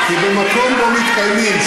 פעם שנייה, ג'בארין.